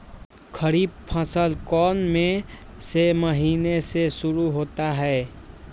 खरीफ फसल कौन में से महीने से शुरू होता है?